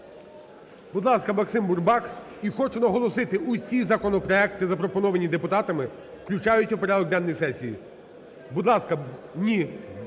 Будь ласка, Максим Бурбак. І хочу наголосити: усі законопроекти, запропоновані депутатами, включають у порядок денний сесії. Будь ласка. Ні,